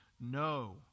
no